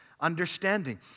Understanding